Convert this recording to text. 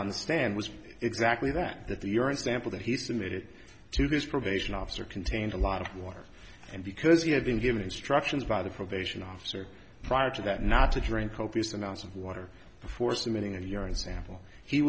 on the stand was exactly that that the urine sample that he submitted to his probation officer contained a lot of water and because he had been given instructions by the probation officer prior to that not to drink copious amounts of water before submitting a urine sample he